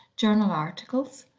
journal articles,